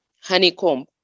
honeycomb